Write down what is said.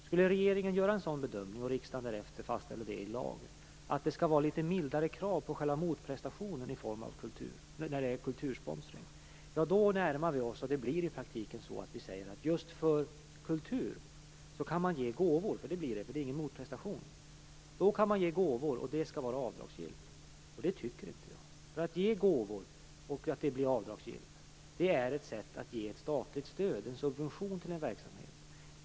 Skulle regeringen göra en sådan bedömning, och riksdagen därefter fastställa den i lag, att det skall vara litet mildare krav på själva motprestationen när det är fråga om kultursponsring, då närmar vi oss, och det blir i praktiken så, att vi säger att just för kultur kan man ge gåvor. Det blir ju så, för det blir ju ingen motprestation. Då kan man ge gåvor, och det skall vara avdragsgillt. Det tycker inte jag. Att det blir avdragsgillt att ge gåvor, är ju ett sätt att ge ett statligt stöd, en subvention, till en verksamhet.